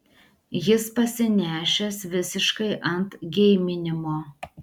jis pasinešęs visiškai ant geiminimo